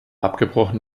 abgebrochen